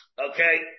Okay